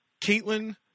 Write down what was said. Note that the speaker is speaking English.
Caitlin